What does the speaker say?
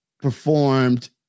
performed